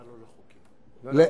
לחוקים,